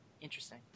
interesting